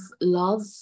love